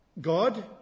God